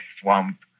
Swamp